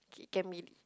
it can be